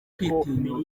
kwitinyuka